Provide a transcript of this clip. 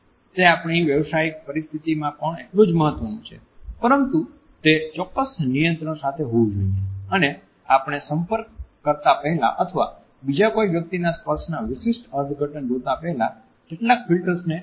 તે આપણી વ્યાવસાયિક પરિસ્ચિતિમાં પણ એટલું જ મહત્વનું છે પરંતુ તે ચોક્કસ નિયંત્રણ સાથે હોવું જોઈએ અને આપણે સંપર્ક કરતા પહેલા અથવા બીજા કોઈ વ્યક્તિના સ્પર્શના વિશિષ્ટ અર્થઘટન જોતા પહેલા કેટલાક ફિલ્ટર્સ ને ધ્યાનમા લેવા જોઈએ